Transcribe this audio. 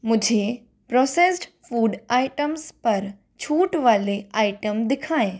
मुझे processed food items पर छूट वाले आइटम दिखाएँ